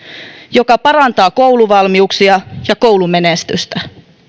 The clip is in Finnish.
joka parantaa kouluvalmiuksia ja koulumenestystä